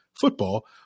football